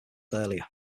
earlier